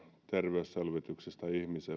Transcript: terveysselvityksestä